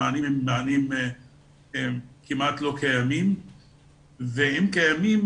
המענים כמעט לא קיימים ואם הם קיימים,